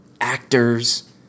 actors